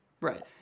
Right